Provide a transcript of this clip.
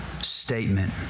statement